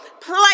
Play